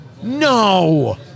No